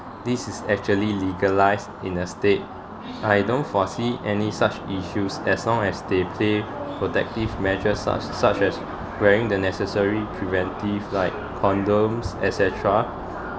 this is actually legalised in a state I don't foresee any such issues as long as they play protective measures such such as wearing the necessary preventive like condoms et cetera